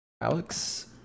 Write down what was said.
Alex